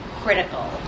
critical